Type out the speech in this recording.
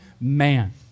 man